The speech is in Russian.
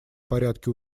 порядке